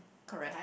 correct